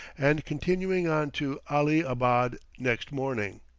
and continuing on to ali-abad next morning.